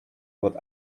what